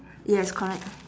yes correct